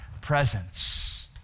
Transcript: presence